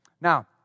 Now